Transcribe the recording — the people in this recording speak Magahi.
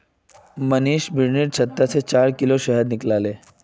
मनीष बिर्निर छत्ता से चार किलो शहद निकलाले